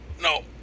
No